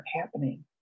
happening